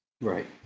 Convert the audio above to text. Right